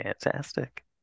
Fantastic